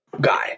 guy